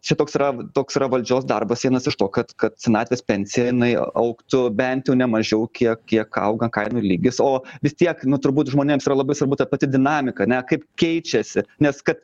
čia toks yra toks yra valdžios darbas vienas iš to kad kad senatvės pensija jinai augtų bent jau nemažiau kiek kiek auga kainų lygis o vis tiek nu turbūt žmonėms yra labai svarbu ta pati dinamika ne kaip keičiasi nes kad